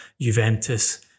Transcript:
Juventus